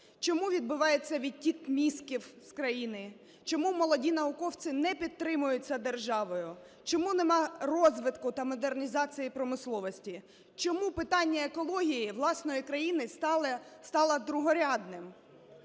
чому відбувається відтік мізків з країни, чому молоді науковці не підтримуються державою, чому немає розвитку та модернізації промисловості, чому питання екології власної країни стало другорядним.